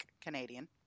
Canadian